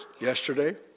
yesterday